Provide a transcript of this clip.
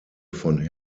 von